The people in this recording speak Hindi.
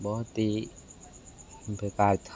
बहुत ही बेकार था